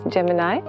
Gemini